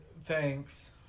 Thanks